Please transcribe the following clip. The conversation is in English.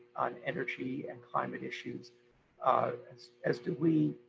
on energy and climate issues as as do we.